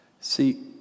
See